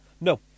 No